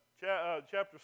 chapter